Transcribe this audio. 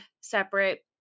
separate